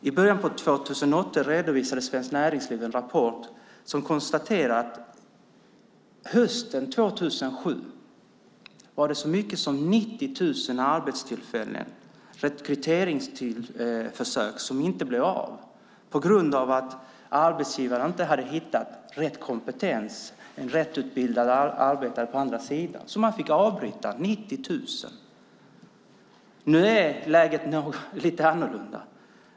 I början av 2008 redovisade Svenskt näringsliv en rapport som konstaterade att det hösten 2007 var så mycket som 90 000 arbetstillfällen - rekryteringsförsök - som inte blev av på grund av att arbetsgivare inte hade hittat rätt kompetens, det vill säga en rätt utbildad arbetare. Man fick alltså avbryta 90 000 rekryteringsförsök. Nu är läget lite annorlunda.